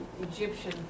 Egyptian